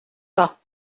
pas